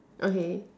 okay